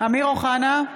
אמיר אוחנה,